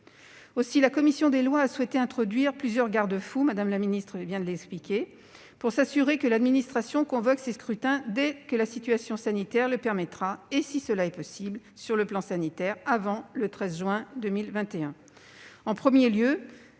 Aussi, la commission des lois a souhaité introduire plusieurs garde-fous, comme vient de l'expliquer Mme la ministre, pour s'assurer que l'administration convoque ces scrutins dès que la situation sanitaire le permettra et, si cela est possible sur le plan sanitaire, avant le 13 juin 2021. En premier lieu,